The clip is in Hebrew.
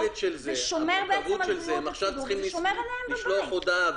ושומר על בריאות הציבור ושומר עליהם בבית.